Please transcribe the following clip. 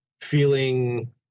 feeling